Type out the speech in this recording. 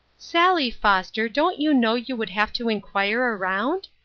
sally foster, don't you know you would have to inquire around?